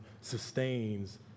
sustains